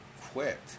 quit